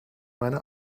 meine